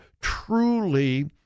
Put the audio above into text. truly